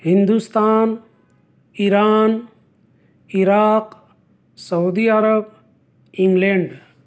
Hindustan Iran Iraq Saudi Arab England